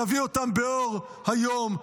תביאו אותם באור היום,